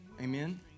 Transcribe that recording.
Amen